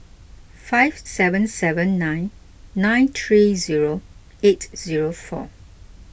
five seven seven nine nine three zero eight zero four